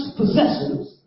possessions